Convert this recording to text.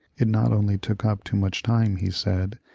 it not only took up too much time, he said,